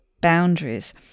boundaries